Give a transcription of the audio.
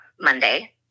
monday